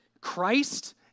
Christ